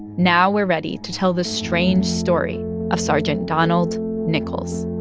now we're ready to tell the strange story of sergeant donald nichols